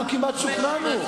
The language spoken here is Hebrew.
אנחנו שוכנענו כמעט.